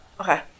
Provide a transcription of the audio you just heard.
Okay